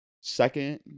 second